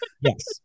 Yes